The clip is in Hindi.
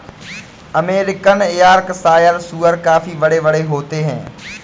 अमेरिकन यॅार्कशायर सूअर काफी बड़े बड़े होते हैं